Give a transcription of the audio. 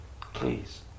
Please